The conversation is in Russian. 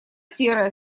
серая